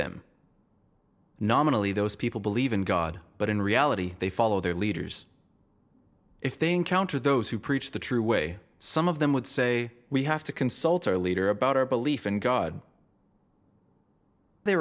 them nominally those people believe in god but in reality they follow their leaders if they encounter those who preach the true way some of them would say we have to consult our leader about our belief in god they